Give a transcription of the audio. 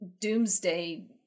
doomsday